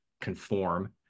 conform